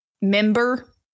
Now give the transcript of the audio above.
member